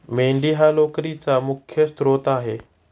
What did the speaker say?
मेंढी हा लोकरीचा मुख्य स्त्रोत आहे